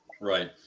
Right